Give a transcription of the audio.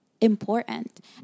Important